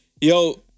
Yo